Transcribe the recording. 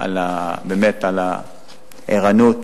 על הערנות.